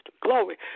glory